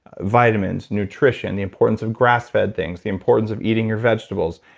vitamins, nutrition, the importance of grass-fed things, the importance of eating your vegetables,